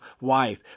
wife